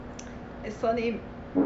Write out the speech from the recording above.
his surname